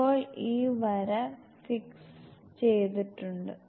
ഇപ്പോൾ ഈ വര ഫിക്സ് ചെയ്തിട്ടുണ്ട്